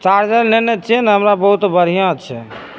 चादर लेने छियै ने हमे बहुत बढ़िआँ छै